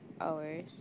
hours